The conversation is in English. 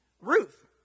Ruth